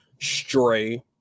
Stray